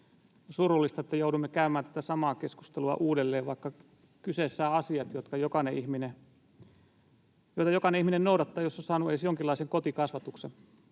On surullista, että joudumme käymään tätä samaa keskustelua uudelleen, vaikka kyseessä ovat asiat, joita jokainen ihminen noudattaa, jos on saanut edes jonkinlaisen kotikasvatuksen.